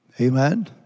Amen